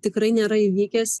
tikrai nėra įvykęs